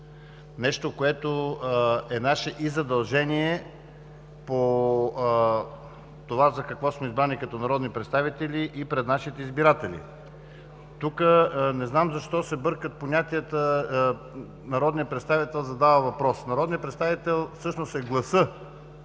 нещо, което е наше и задължение по това за какво сме избрани като народни представители, и пред нашите избиратели. Тук не знам защо се бъркат понятията „народният представител задава въпрос“. Народният представител всъщност е гласът